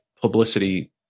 publicity